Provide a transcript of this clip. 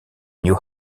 new